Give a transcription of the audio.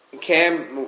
Cam